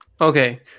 Okay